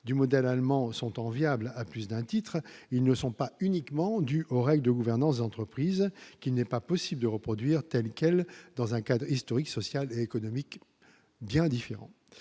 du modèle allemand sont enviables à plus d'un titre, ils ne sont pas uniquement due aux règles de gouvernance d'entreprise, qui n'est pas possible de reproduire telle quelle dans un cadre historique, social, économique bien différent